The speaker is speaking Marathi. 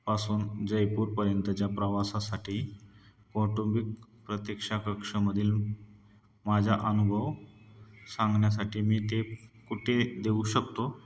पासून जयपूरपर्यंतच्या प्रवासासाठी कौटुंबिक प्रतिक्षा कक्षमधील माझा अनुभव सांगण्यासाठी मी ते कुठे देऊ शकतो